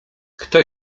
kto